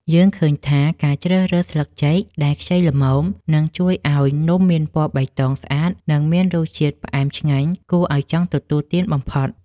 យើងឃើញថាការជ្រើសរើសស្លឹកចេកដែលខ្ចីល្មមនឹងជួយឱ្យនំមានពណ៌បៃតងស្អាត និង មានរសជាតិផ្អែមឆ្ងាញ់គួរឱ្យចង់ទទួលទានបំផុត។